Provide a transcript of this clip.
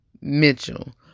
Mitchell